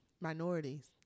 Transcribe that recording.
minorities